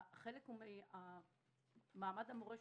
חלק ממעמד המורה,